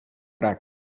track